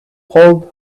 hold